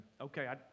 okay